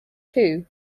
two